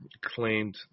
claimed